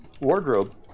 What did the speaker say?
wardrobe